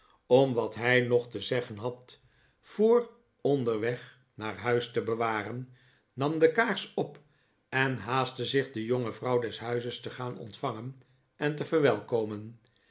om wat hij nog te zeggen had voor onderweg naar huis te bewaren nam de kaars op en haastte zich de jonge vrouw des huizes te gaan ontvangen en te verwelkomen